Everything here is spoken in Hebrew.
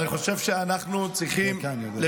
אני מקווה שנעשה גם את